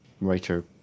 writer